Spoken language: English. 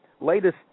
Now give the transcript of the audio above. latest